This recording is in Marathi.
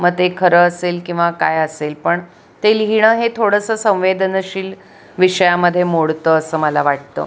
मग ते खरं असेल किंवा काय असेल पण ते लिहिणं हे थोडंसं संवेदनशील विषयामध्ये मोडतं असं मला वाटतं